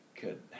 good